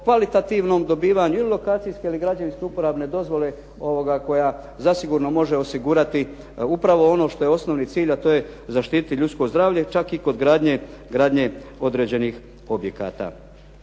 kvalitativnom dobivanju ili lokacijske ili građevinske uporabne dozvole koja zasigurno može osigurati upravo ono što je osnovni cilj a to je zaštititi ljudski zdravlje čak i kod gradnje određenih objekata.